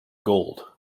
gold